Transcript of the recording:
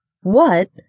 What